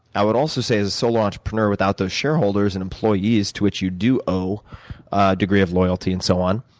i would also say, a solo entrepreneur, without those shareholders and employees, to which you do owe a degree of loyalty and so on,